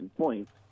points